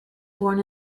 born